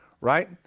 right